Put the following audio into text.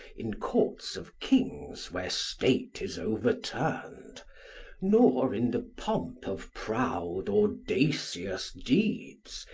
in courts of kings where state is overturn'd nor in the pomp of proud audacious deeds,